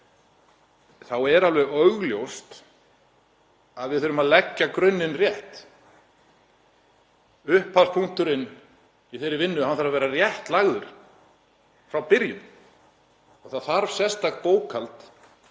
þá er alveg augljóst að við þurfum að leggja grunninn rétt. Upphafspunkturinn í þeirri vinnu þarf að vera rétt lagður frá byrjun. Það þarf sérstakt bókhald